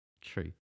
true